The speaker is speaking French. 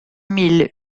mille